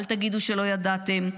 אל תגידו שלא ידעתם.